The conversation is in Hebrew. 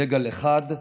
דגל אחד,